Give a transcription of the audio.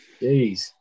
Jeez